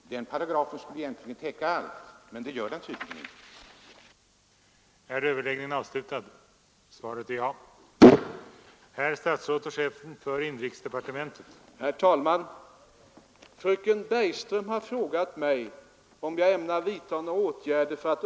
Den paragrafen skulle egentligen täcka allt, men det gör den tydligen inte.